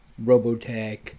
Robotech